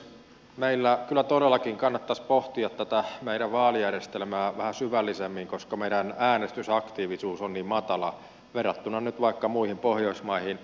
meillä kyllä todellakin kannattaisi pohtia tätä meidän vaalijärjestelmäämme vähän syvällisemmin koska meidän äänestysaktiivisuutemme on niin matala verrattuna nyt vaikka muihin pohjoismaihin